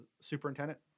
superintendent